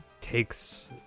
takes